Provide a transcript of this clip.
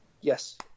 Yes